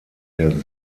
der